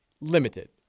limited